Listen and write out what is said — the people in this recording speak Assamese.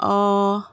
অঁ